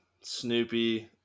Snoopy